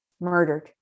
murdered